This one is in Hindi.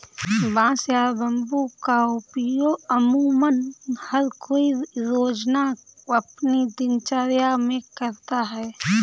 बांस या बम्बू का उपयोग अमुमन हर कोई रोज़ाना अपनी दिनचर्या मे करता है